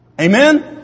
Amen